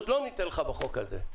לא ניתן לך בחוק הזה.